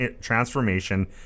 transformation